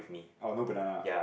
oh no banana